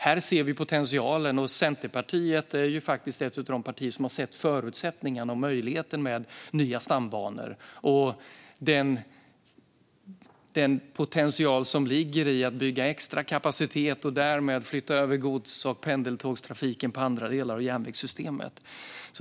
Här ser vi potentialen, och Centerpartiet är ju ett av de partier som sett förutsättningarna och möjligheterna med nya stambanor och den potential som ligger i att bygga extra kapacitet och därmed flytta över gods och pendelstågtrafiken till andra delar av järnvägssystemet.